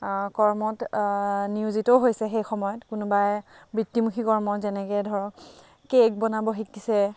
কৰ্মত নিয়োজিতও হৈছে সেইসময়ত কোনোবাই বৃত্তিমুখী কৰ্ম যেনেকৈ ধৰক কেক বনাব শিকিছে